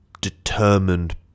determined